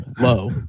low